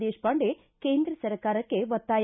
ದೇಶಪಾಂಡೆ ಕೇಂದ್ರ ಸರ್ಕಾರಕ್ಷೆ ಒತ್ತಾಯ